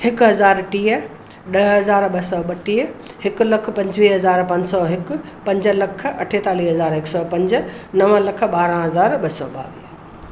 हिकु हज़ार टीह ॾह हज़ार ॿ सौ ॿटीह हिकु लखु पंजुवीह हज़ार पंज सौ हिकु पंज लख अठेतालीह हज़ार हिक सौ पंज नव लख ॿारहं हज़ार ॿ सौ ॿावीह